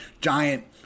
giant